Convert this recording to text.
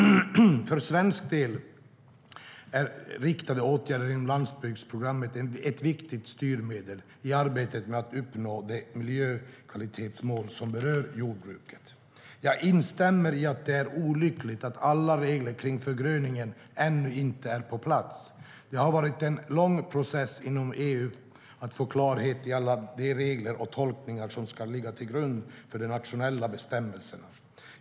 För svensk del är riktade åtgärder inom landsbygdsprogrammet ett viktigt styrmedel i arbetet med att uppnå de miljökvalitetsmål som berör jordbruket. Jag instämmer i att det är olyckligt att alla regler kring förgröningen ännu inte är på plats. Det har varit en lång process inom EU att få klarhet i alla de regler och tolkningar som ska ligga till grund för de nationella bestämmelserna.